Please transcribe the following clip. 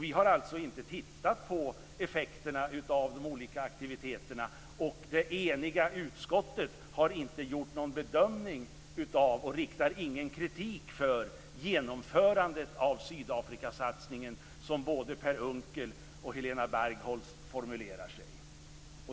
Vi har alltså inte tittat på effekterna av de olika aktiviteterna. Och det eniga utskottet har inte gjort någon bedömning av och riktar ingen kritik mot genomförandet av Sydafrikasatsningen, som både Per Unckel och Helena Bargholtz formulerar sig.